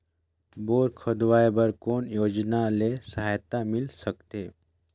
Bore खोदवाय बर कौन योजना ले सहायता मिल सकथे?